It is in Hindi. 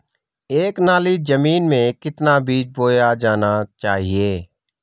एक नाली जमीन में कितना बीज बोया जाना चाहिए?